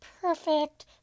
perfect